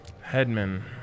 Headman